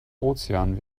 ozean